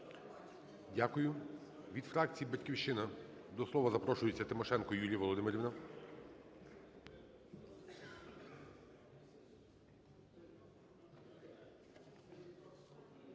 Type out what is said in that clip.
Дякую. Від фракції "Батьківщина" до слова запрошується Тимошенко Юлія Володимирівна.